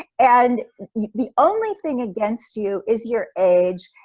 and the only thing against you is your age,